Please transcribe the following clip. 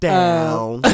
Down